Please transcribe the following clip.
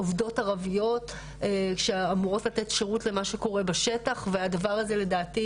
עובדות ערביות שאמורות לתת שירות למה שקורה בשטח והדבר הזה לדעתי,